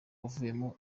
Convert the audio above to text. wavuyemo